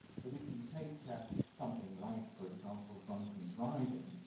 but if you take something like, for example, drunken driving,